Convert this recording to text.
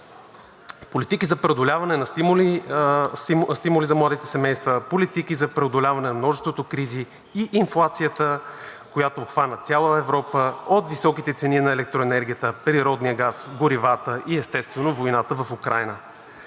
политики за стимули за младите семейства; политики за преодоляване на множеството кризи и инфлацията, която обхвана цяла Европа, от високите цени на електроенергията, природния газ, горивата и естествено, войната в Украйна.